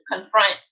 confront